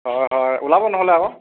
হয় হয় ওলাব নহ'লে আক